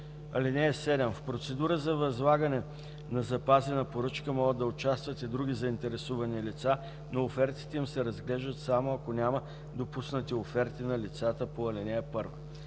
(7) В процедура за възлагане на запазена поръчка могат да участват и други заинтересовани лица, но офертите им се разглеждат само ако няма допуснати оферти на лицата по ал. 1.